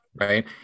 Right